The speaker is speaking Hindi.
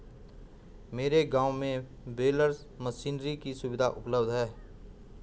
मेरे गांव में बेलर मशीनरी की सुविधा उपलब्ध है